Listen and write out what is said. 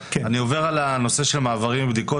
אני עובר על הנושא של מעברים ובדיקות